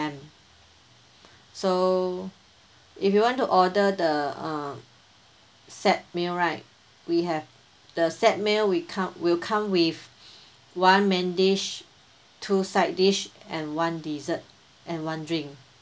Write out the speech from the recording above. so if you want to order the uh set meal right we have the set meal we come will come with one main dish two side dish and one dessert and one drink